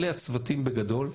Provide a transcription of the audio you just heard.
אלה הצוותים בגדול.